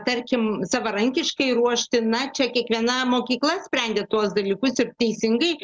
tarkim savarankiškai ruošti na čia kiekviena mokykla sprendė tuos dalykus ir teisingai